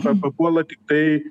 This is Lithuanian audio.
pa papuola tai